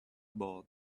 board